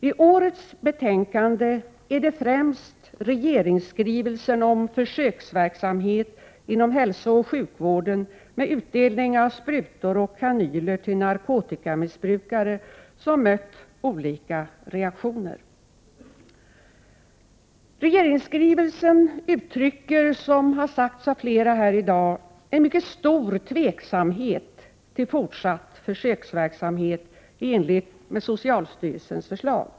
I årets betänkande är det främst regeringsskrivelsen om försöksverksamhet inom hälsooch sjukvården, med utdelning av sprutor och kanyler till narkotikamissbrukare, som mött olika reaktioner. Regeringsskrivelsen uttrycker, som har sagts av flera talare i dag, en mycket stor tveksamhet till fortsatt försöksverksamhet i enlighet med socialstyrelsens förslag.